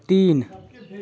तीन